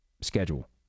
schedule